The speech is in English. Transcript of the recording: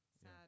sad